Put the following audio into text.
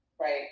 Right